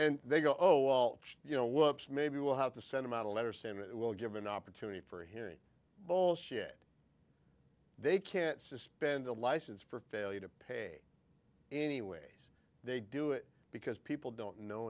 and they go oh well you know maybe we'll have to send him out a letter saying it will give an opportunity for hearing all shit they can't suspend a license for failure to pay anyways they do it because people don't know